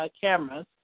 cameras